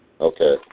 Okay